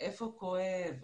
איפה כואב,